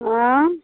आँए